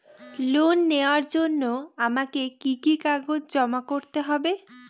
Loan নেওয়ার জন্য আমাকে কি কি কাগজ জমা করতে হবে?